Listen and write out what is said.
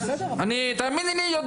אני תאמיני לי,